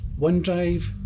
OneDrive